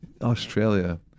Australia